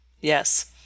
Yes